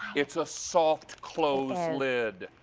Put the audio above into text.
it's a soft close lid.